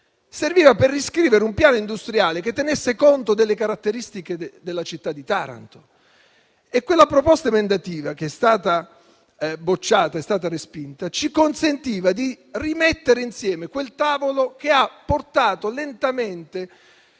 serviva per riscrivere un piano industriale che tenesse conto delle caratteristiche della città di Taranto. E quella proposta emendativa, che è stata bocciata, ci consentiva di rimettere insieme quel tavolo che ha portato lentamente